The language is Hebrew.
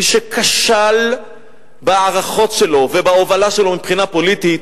מי שכשל בהערכות שלו ובהובלה שלו מבחינה פוליטית,